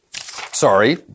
sorry